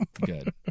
good